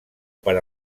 per